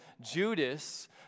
Judas